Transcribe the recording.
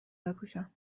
بپوشم